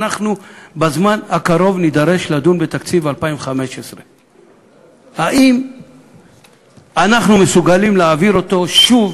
בזמן הקרוב נידרש לדון בתקציב 2015. האם אנחנו מסוגלים להעביר אותו שוב